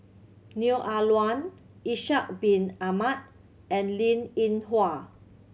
Neo Ah Luan Ishak Bin Ahmad and Linn In Hua